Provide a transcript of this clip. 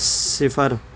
صفر